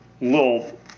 little